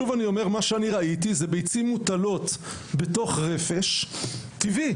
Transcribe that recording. מה שאני ראיתי זה ביצים מוטלות בתוך רפש טבעי.